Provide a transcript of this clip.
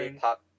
Pop